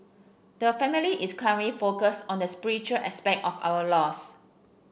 the family is currently focused on the spiritual aspect of our loss